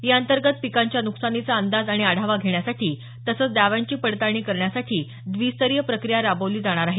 याअंतर्गत पिकांच्या नुकसानीचा अंदाज आणि आढावा घेण्यासाठी तसंच दाव्यांची पडताळणी करण्यासाठी द्विस्तरीय प्रक्रिया राबवली जाणार आहे